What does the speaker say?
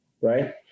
right